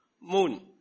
moon